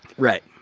right.